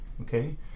okay